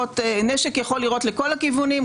נשק יכול לירות לכל הכיוונים,